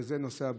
וזה נושא הבדיקות.